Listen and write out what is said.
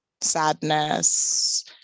sadness